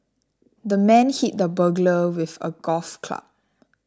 the man hit the burglar with a golf club